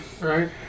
Right